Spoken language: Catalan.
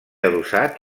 adossat